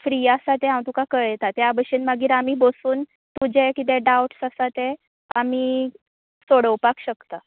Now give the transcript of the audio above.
free आसा तें हांव तुका कळयता त्या बशेन आमी मागीर बसून तुजें कितें डाउट्स आसा ते आमी सोडोवपाक शकता